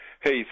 Hey